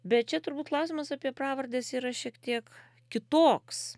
bet čia turbūt klausimas apie pravardes yra šiek tiek kitoks